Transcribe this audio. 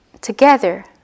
together